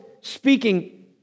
speaking